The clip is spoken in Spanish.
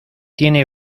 tiene